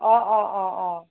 অঁ অঁ অঁ অঁ